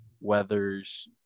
weathers